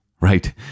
right